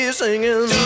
singing